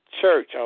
church